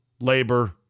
labor